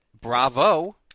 bravo